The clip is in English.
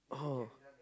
oh